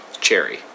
Cherry